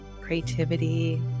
creativity